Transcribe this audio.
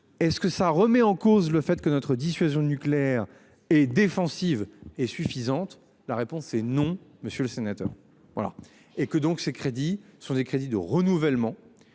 Est-ce que ça remet en cause le fait que notre dissuasion nucléaire et défensive et suffisante. La réponse est non monsieur le sénateur. Voilà et que donc ces crédits sont des crédits de renouvellement.